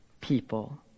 people